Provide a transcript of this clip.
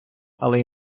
але